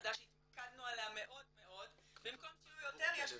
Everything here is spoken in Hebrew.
נקודה שהתמקדנו עליה מאוד מאוד במקום שיהיו יותר יש פחות.